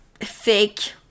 fake